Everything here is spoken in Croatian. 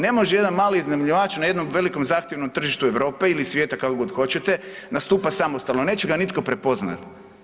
Ne može jedan mali iznajmljivač na jednom velikom zahtjevnom tržištu Europe ili svijeta, kako god hoćete, nastupa samostalno, neće ga nitko prepoznat.